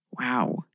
Wow